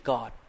God